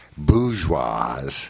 bourgeois